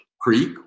Creek